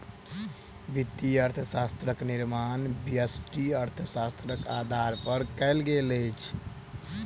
वित्तीय अर्थशास्त्रक निर्माण व्यष्टि अर्थशास्त्रक आधार पर कयल गेल अछि